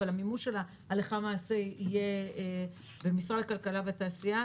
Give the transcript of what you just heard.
אבל המימוש שלה הלכה למעשה במשרד הכלכלה והתעשייה,